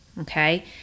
Okay